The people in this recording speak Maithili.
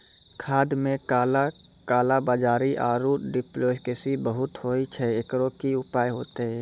खाद मे काला कालाबाजारी आरु डुप्लीकेसी बहुत होय छैय, एकरो की उपाय होते?